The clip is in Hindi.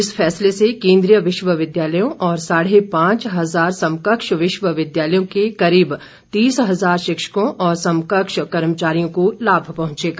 इस फैसले से केन्द्रीय विश्वविद्यालयों और साढ़े पांच हजार समकक्ष विश्वविद्यालयों के करीब तीस हज़ार शिक्षकों और समकक्ष कर्मचारियों को लाभ पहुंचेगा